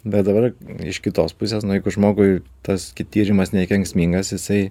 bet dabar iš kitos pusės nu jeigu žmogui tas tyrimas nekenksmingas jisai